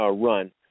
run